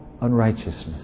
unrighteousness